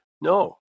No